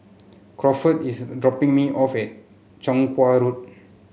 Crawford is dropping me off at Chong Kuo Road